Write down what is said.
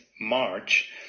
March